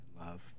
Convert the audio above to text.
love